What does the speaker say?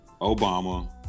Obama